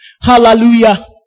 Hallelujah